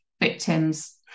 victims